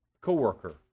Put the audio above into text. co-worker